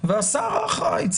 והשר הוא אחראי.